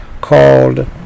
called